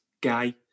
guy